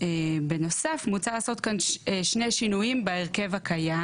בנוסף מוצע לעשות כאן שני שינויים בהרכב הקיים